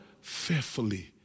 fearfully